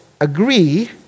agree